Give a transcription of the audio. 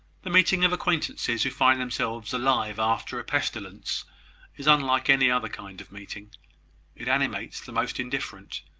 the meeting of acquaintances who find themselves alive after a pestilence is unlike any other kind of meeting it animates the most indifferent,